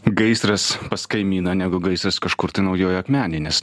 gaisras pas kaimyną negu gaisras kažkur tai naujojoj akmenėj nes